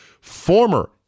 former